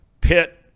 Pitt